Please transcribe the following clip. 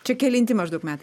čia kelinti maždaug metai